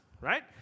right